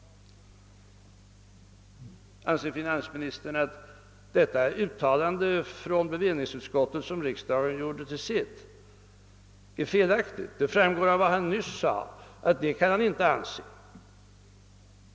Anser finansministern att detta uttalande av bevillningsutskottet, som riksdagen gjorde till sitt, är felaktigt? Av vad han nyss sade framgår att han inte kan anse detta.